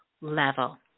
level